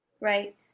Right